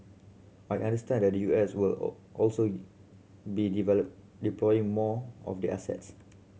I understand that the U S will all also be develop deploying more of their assets